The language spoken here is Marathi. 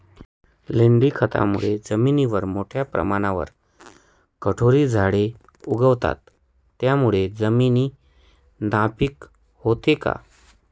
लेंडी खतामुळे जमिनीवर मोठ्या प्रमाणावर काटेरी झाडे उगवतात, त्यामुळे जमीन नापीक होते का?